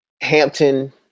Hampton